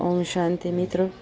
ઓમ શાંતિ મિત્રો